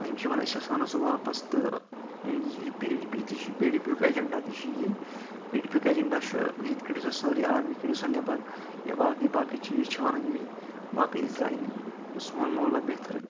یِم چھِ وَنان أسۍ ہسا اَنو سُہ واپَس تہٕ یہِ پی ڈی پی تہِ چھُ پی ڈی پی یُک تہِ ایٚجنٛڈا تہِ چھُ یی پی ڈی پی یُک ایجنڈا چھُ ییٚتہِ کٔڈِو سا سٲرٕے آرمی کٔڈِو سا نیبر یا باقے باقے چیٖز چھِ وَنان یِم باقی زانہِ سون مولیٰ بہتر